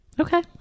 Okay